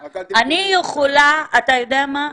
אתה יודע מה?